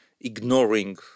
ignoring